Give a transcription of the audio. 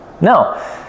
No